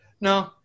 No